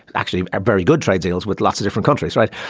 actually a very good trade deals with lots of different countries right.